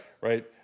right